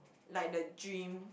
like the dream